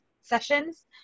sessions